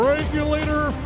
Regulator